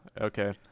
okay